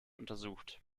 untersucht